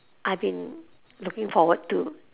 I been looking forward to